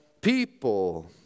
people